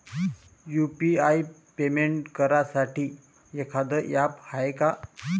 UPI payment करासाठी एखांद app हाय का?